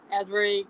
Edward